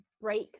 break